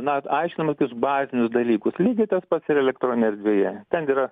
na aiškinam tokius bazinius dalykus lygiai tas pats ir elektroninėj erdvėje ten yra